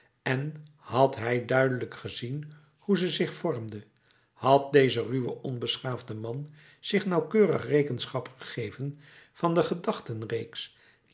en had hij duidelijk gezien hoe ze zich vormde had deze ruwe onbeschaafde man zich nauwkeurig rekenschap gegeven van de